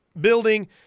building